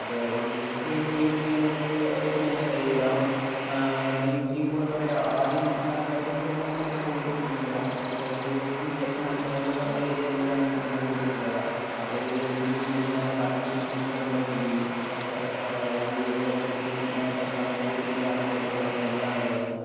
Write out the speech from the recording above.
അപ്പോൾ ഇത് യൂസ് ചെയ്യാൻ തുടങ്ങിയെ പിന്നെയാണ് നമുക്ക് ഇതിൻ്റെ ഇത് മനസ്സിലായത് കാരണം നമ്മൾ യൂസ് ചെയ്യുമ്പോൾ എന്താ പറയുക ആദ്യം കൈയിൽ ഒക്കെ ഇടുമ്പോൾ നമുക്ക് അത്ര ക്വാളിറ്റി ഫീൽ ചെയ്യില്ല ജസ്റ്റ് കൈയിൽ തേച്ചതിന് ശേഷം നമ്മള് ഹെയറിലേക്ക് അപ്ലൈ ചെയ്ത കഴിയുമ്പോളാണ് നമുക്ക് ഇതിൻ്റെ ക്വാളിറ്റി മനസിലാക്കുക അപ്ലൈ ചെയ്ത് കഴിയുമ്പോഴത്തേക്കും മുടിക്ക് നല്ല കട്ടി തിക്നെസ്സ് ഒക്കെ ഫീൽ ചെയ്യും അതില് എന്താ പറയുക ഓയിൽ പോലെ നല്ല ക്രീമി ടൈപ്പ് അങ്ങനെ ഒരു ഇതിലാണ് ഉള്ളത് ഫോമിലാണ് ഉള്ളത്